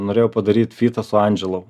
norėjau padaryt fytą su andželu